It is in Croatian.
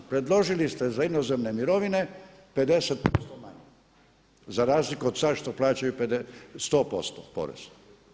Predložili ste za inozemne mirovine 50% manje za razliku od sada što plaćaju 100% poreza.